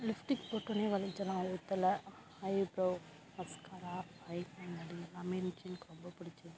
லிஃப்டிக் போட்டோடனே வழிஞ்செல்லாம் ஊற்றல ஐப்ரோ மஸ்காரா ஐ லைனரு எல்லாமே இருந்துச்சு எனக்கு ரொம்ப பிடிச்சிருந்துச்சி